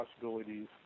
possibilities